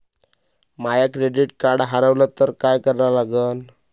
माय credit card हारवलं तर काय करा लागन?